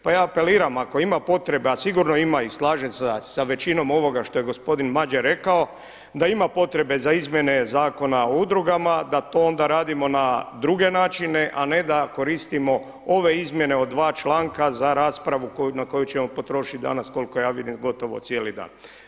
Pa ja apeliram ako ima potrebe, a sigurno ima i slažem se sa većinom ovoga što je gospodin Madjer rekao, da ima potrebe za izmjene Zakona o udrugama da onda to radimo na druge načine, a ne da koristimo ove izmjene o dva članka za raspravu na koju ćemo potrošiti danas koliko ja vidim gotovo cijeli dan.